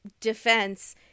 defense